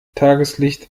tageslicht